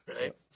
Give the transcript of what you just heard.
right